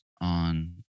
on